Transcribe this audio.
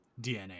DNA